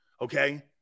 Okay